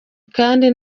kandi